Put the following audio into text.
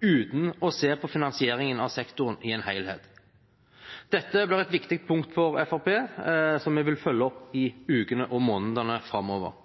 uten å se på finansieringen av sektoren i en helhet. Dette blir et viktig punkt for Fremskrittspartiet, som vi vil følge opp i ukene og månedene framover.